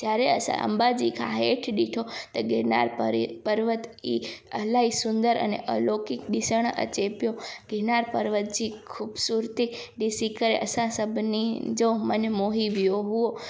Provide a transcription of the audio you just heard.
चढ़े असां अंबा जी खां हेठि ॾिठो त गिरनार पर्वत ई इलाहीं सुंदरु अने अलोकिक ॾिसणु अचे पियो गिरनार पर्वत जी ख़ूबसूरती ॾिसी करे असां सभिनी जो मनु मोही वियो हुओ